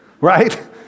right